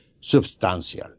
substantial